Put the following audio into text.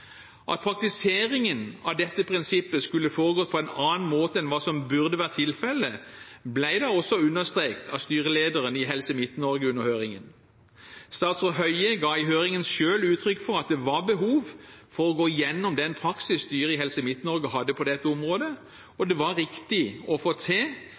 At praktiseringen av dette prinsippet skulle foregått på en annen måte enn hva som burde vært tilfellet, ble da også understreket av styrelederen i Helse Midt-Norge under høringen. Statsråd Høie ga i høringen selv uttrykk for at det var behov for å gå gjennom den praksis styret i Helse Midt-Norge hadde på dette området, og det var riktig å få til